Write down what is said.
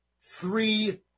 three